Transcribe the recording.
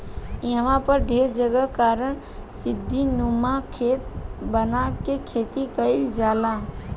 इहवा पर ढेर जगह के कारण सीढ़ीनुमा खेत बना के खेती कईल जाला